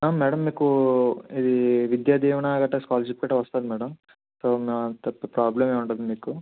madam మీకు ఇది విద్యాదీవెన గట్ట స్కాలర్షిప్ గట్ట వస్తుందా మేడం సో పెద్ద ప్రాబ్లెమ్ ఏమి ఉండదు మీకు